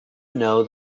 know